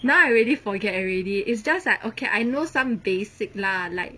now I really forget already is just like okay I know some basic lah like